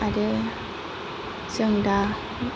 आरो जों दा